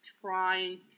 trying